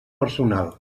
personal